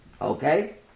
Okay